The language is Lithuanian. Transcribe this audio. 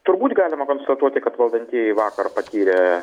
turbūt galima konstatuoti kad valdantieji vakar paskyrė